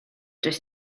does